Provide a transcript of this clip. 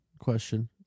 question